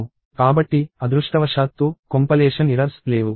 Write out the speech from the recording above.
కాబట్టి అదృష్టవశాత్తూ సంకలన లోపాలు లేవు